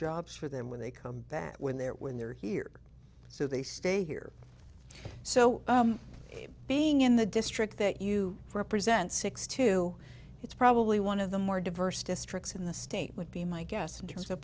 jobs for them when they come back when they're when they're here so they stay here so being in the district that you represent six two it's probably one of the more diverse districts in the state would be my guess